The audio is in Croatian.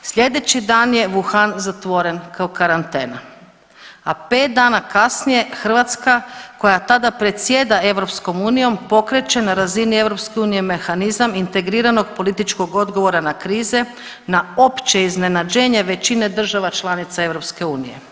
Sljedeći dan je Wuhan zatvoren kao karantena, a 5 dana kasnije, Hrvatska koja tada predsjeda EU pokreće na razini EU mehanizam integriranog političkog odgovora na krize na opće iznenađenje većine država članica EU.